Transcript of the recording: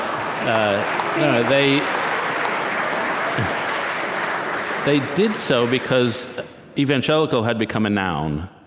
um they um they did so because evangelical had become a noun,